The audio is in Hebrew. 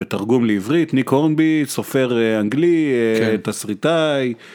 תרגום לעברית ניקורנביט סופר אנגלי תסריטאי